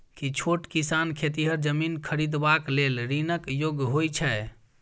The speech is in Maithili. की छोट किसान खेतिहर जमीन खरिदबाक लेल ऋणक योग्य होइ छै?